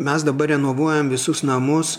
mes dabar renovuojam visus namus